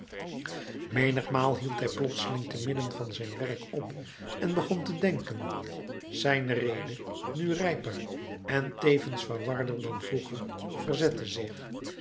menigmaal hield hij plotseling te midden van zijn werk op en begon te denken zijn rede nu rijper en tevens verwarder dan vroeger verzette zich